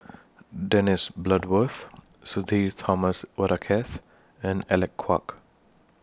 Dennis Bloodworth Sudhir Thomas Vadaketh and Alec Kuok